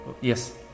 yes